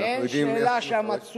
ואנחנו יודעים איך הוא מפרש.